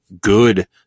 good